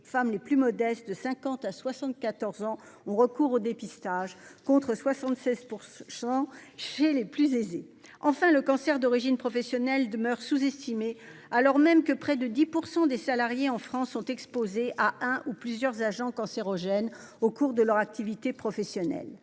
des femmes les plus modestes de 50 à 74 ans ont recours au dépistage contre 76 % chez les plus aisées. Enfin, les cancers d'origine professionnelle demeurent sous-estimés, alors même que près de 10 % des salariés en France sont exposés à un ou plusieurs agents cancérogènes au cours de leur activité professionnelle.